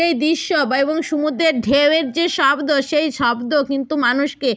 এই দৃশ্য বা এবং সমুদ্দের ঢেউয়ের যে শব্দ সেই শব্দ কিন্তু মানুষকে